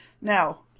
Now